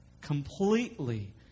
completely